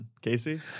Casey